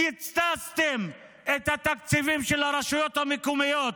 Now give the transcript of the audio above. קיצצתם את התקציבים של הרשויות המקומיות.